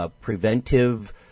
preventive